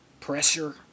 Pressure